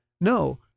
No